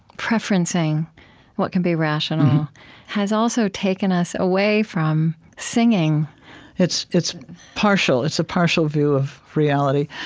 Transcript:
preferencing what can be rational has also taken us away from singing it's it's partial. it's a partial view of reality.